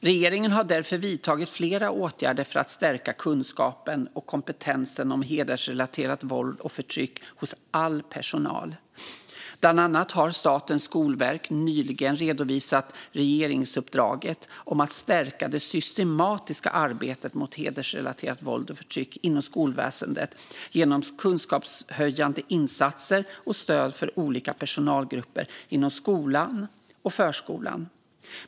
Regeringen har därför vidtagit flera åtgärder för att stärka kunskapen och kompetensen om hedersrelaterat våld och förtryck hos all skolpersonal. Bland annat har Statens skolverk nyligen redovisat regeringsuppdraget om att stärka det systematiska arbetet mot hedersrelaterat våld och förtryck inom skolväsendet genom kunskapshöjande insatser och stöd för olika personalgrupper inom skolan och förskolan.